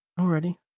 Already